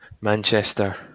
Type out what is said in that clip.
Manchester